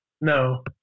No